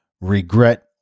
regret